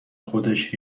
خودش